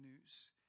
news